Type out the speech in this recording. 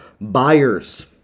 buyers